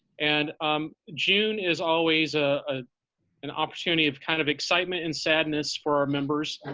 and um june is always ah ah an opportunity of kind of excitement and sadness for our members. and